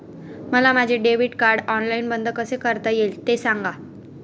मला माझे debit card online बंद कसे करता येईल, ते सांगा